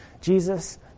Jesus